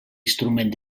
instrument